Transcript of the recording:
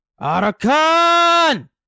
Arakan